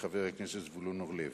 וחבר הכנסת זבולון אורלב.